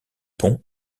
pont